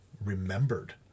remembered